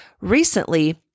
Recently